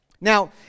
Now